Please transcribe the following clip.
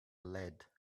lead